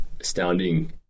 astounding